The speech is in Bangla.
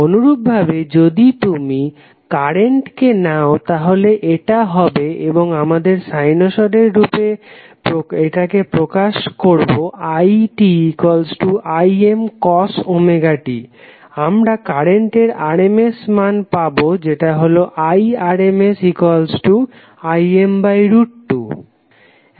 অনুরূপভাবে যদি তুমি কারেন্টকে নাও তাহলে এটা হবে এবং আমরা সাইনোসড এর রূপে এটাকে প্রকাশ করবো itImcos ωt আমরা কারেন্টের RMS মান পাবো যেটা হলো Irms Im2